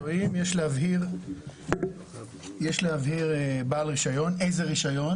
יש להבהיר לגבי בעל רישיון, איזה רישיון.